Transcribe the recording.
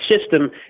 system